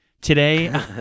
Today